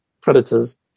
predators